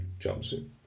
jumpsuit